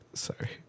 Sorry